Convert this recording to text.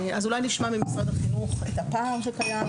אולי נשמע ממשרד החינוך את הפער שקיים,